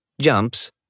jumps